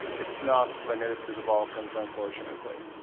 it's not limited to the balkans, unfortunately.